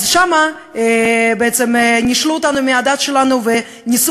אז שם בעצם נישלו אותנו מהדת שלנו וניסו